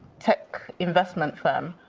tech investment firm.